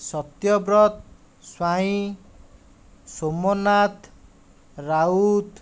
Satyabrata Swain Somnath Raut